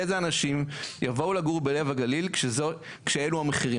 איזה אנשים יבואו לגור בלב הגליל כשאלו המחירים?